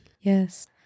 yes